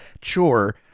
chore